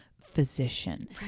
physician